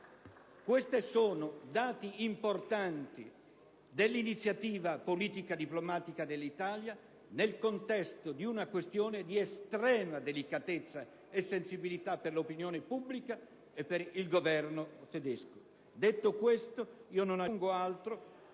Questi sono i risultati importanti dell'iniziativa politico-diplomatica dell'Italia nel contesto di una questione di estrema delicatezza e sensibilità per l'opinione pubblica e per il Governo tedesco. Detto questo, il Governo